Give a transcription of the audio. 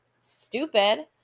stupid